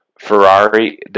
Ferrari